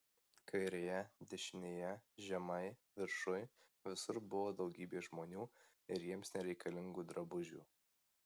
kairėje dešinėje žemai viršuj visur buvo daugybė žmonių ir jiems nereikalingų drabužių